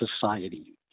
society